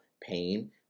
pain